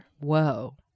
Whoa